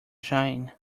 shine